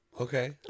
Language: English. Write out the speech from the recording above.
Okay